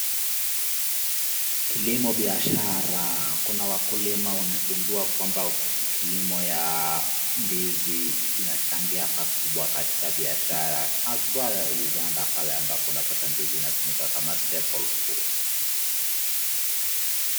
Kilimo biashara. Kuna wakulima wamegundua kamba kilimo ya ndizi inachangia pakubwa katika biashara haswa la Uganda pale amabpo unapata ndizi inatumika kama staple food .